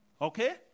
Okay